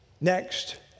Next